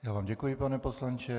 Já vám děkuji, pane poslanče.